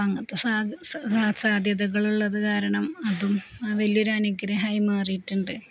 അങ്ങനത്തെ സാധ്യതകളുള്ളതു കാരണം അതും വലിയൊരു അനുഗ്രഹമായി മാറിയിട്ടുണ്ട്